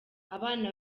abana